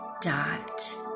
Dot